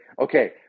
okay